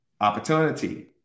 Opportunity